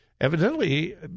evidently